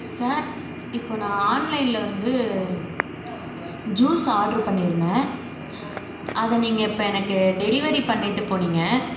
sir இப்போது நான் ஆன்லைனில் வந்து ஜூஸ் ஆர்டர் பண்ணியிருந்தேன் அதை நீங்கள் இப்போ எனக்கு டெலிவரி பண்ணிவிட்டு போனீங்க